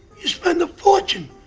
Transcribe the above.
you spend a fortune.